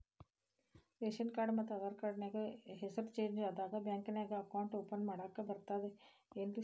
Ration card ಮತ್ತ Aadhaar card ನ್ಯಾಗ ಹೆಸರು ಚೇಂಜ್ ಅದಾ ಬ್ಯಾಂಕಿನ್ಯಾಗ ಅಕೌಂಟ್ ಓಪನ್ ಮಾಡಾಕ ಬರ್ತಾದೇನ್ರಿ ಸಾರ್?